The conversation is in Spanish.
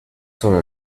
sobre